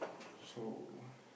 so